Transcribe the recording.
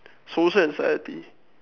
social anxiety